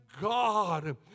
God